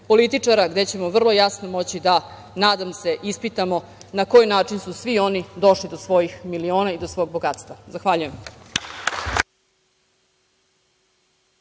političara, gde ćemo vrlo jasno moći da, nadam se, ispitamo na koji način su svi oni došli do svojih miliona i do svog bogatstva. Zahvaljujem.